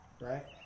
Right